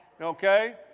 Okay